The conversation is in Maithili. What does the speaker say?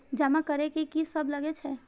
जमा करे में की सब लगे छै?